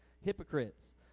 Hypocrites